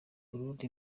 burundi